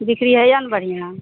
बिकरी होइए ने बढ़िआँ